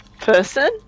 person